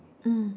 mm